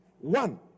One